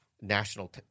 national